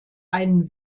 einen